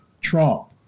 Trump